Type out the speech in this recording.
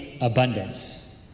abundance